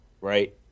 right